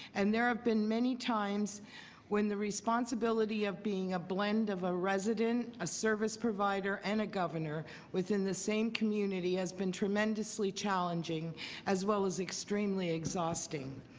and there have been many times when the responsibility of being a blend of a resident, a service provider and a governor within within the same community has been tremendously challenging as well as extremely exhausting.